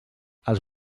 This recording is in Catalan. els